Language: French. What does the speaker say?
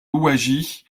louwagie